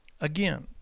Again